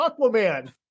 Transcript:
Aquaman